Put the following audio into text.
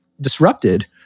disrupted